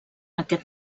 aquest